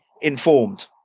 informed